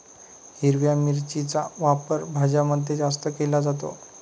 हिरव्या मिरचीचा वापर भाज्यांमध्ये जास्त केला जातो